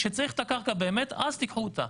כשצריך את הקרקע באמת, אז תיקחו אותה.